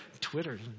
Twitter